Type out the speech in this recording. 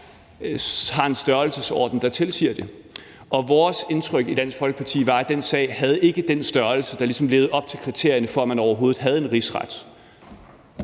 har en størrelsesorden, der tilsiger det, og vores indtryk i Dansk Folkeparti var, at den sag ikke havde den størrelse, der ligesom levede op til kriterierne for, at man overhovedet havde en Rigsret.